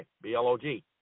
B-L-O-G